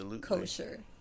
kosher